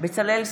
בצלאל סמוטריץ'